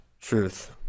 truth